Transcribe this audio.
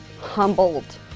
humbled